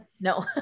no